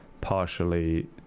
partially